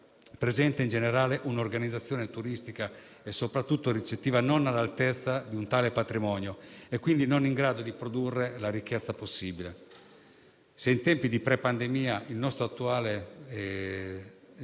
presenta in generale un'organizzazione turistica e soprattutto ricettiva non all'altezza di un tale patrimonio, quindi non in grado di produrre la ricchezza possibile. Se in tempi di prepandemia il fatturato